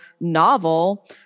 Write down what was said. novel